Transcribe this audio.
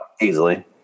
easily